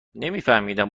نمیفهمیدم